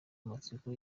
amatsiko